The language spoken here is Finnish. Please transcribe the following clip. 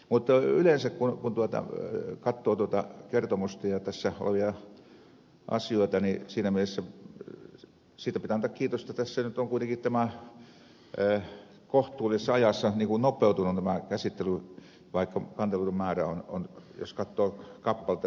mutta yleensä kun katsoo tuota kertomusta ja tässä olevia asioita niin siinä mielessä siitä pitää antaa kiitosta että tässä nyt ovat kuitenkin kohtuullisesti ajassa nopeutuneet nämä käsittelyt vaikka kanteluiden määrä on lisääntynyt